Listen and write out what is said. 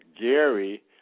Gary